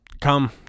come